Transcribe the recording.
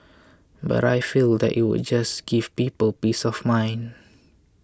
but I feel that it would just give people peace of mind